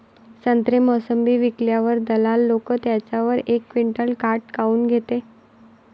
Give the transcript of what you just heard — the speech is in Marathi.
संत्रे, मोसंबी विकल्यावर दलाल लोकं त्याच्यावर एक क्विंटल काट काऊन घेते?